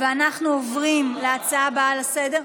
ואנחנו עוברים להצעה הבאה בסדר-היום,